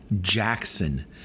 Jackson